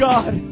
God